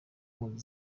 impunzi